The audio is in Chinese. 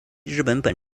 日本